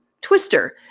twister